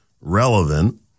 relevant